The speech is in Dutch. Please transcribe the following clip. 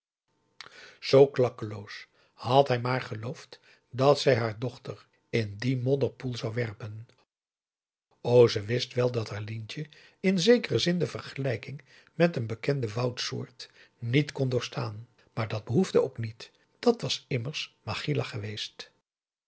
zoo klakkeloos had hij maar geloofd dat zij haar dochter in dien modderpoel zou werpen o ze wist wel dat haar lientje in zekeren zin de vergelijking met een bekende woudsoort niet kon doorstaan maar dàt behoefde ook niet dàt was immers